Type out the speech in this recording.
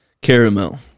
caramel